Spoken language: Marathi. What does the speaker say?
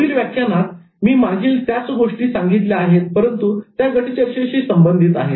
पुढील व्याख्यानात मी मागील त्याच गोष्टी सांगितल्या आहेत परंतु त्या गट चर्चेशी संबंधित आहेत